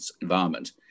environment